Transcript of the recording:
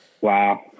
Wow